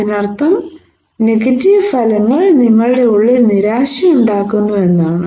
അതിനർത്ഥം നെഗറ്റീവ് ഫലങ്ങൾ നിങ്ങളുടെ ഉള്ളിൽ നിരാശയുണ്ടാക്കുന്നു എന്നാണ്